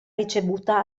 ricevuta